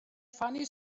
funny